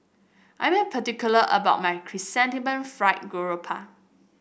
I am particular about my Chrysanthemum Fried Garoupa